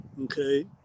Okay